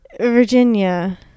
Virginia